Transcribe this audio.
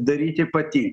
daryti pati